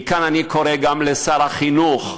מכאן אני קורא גם לשר החינוך,